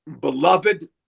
beloved